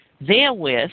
Therewith